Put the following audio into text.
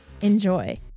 Enjoy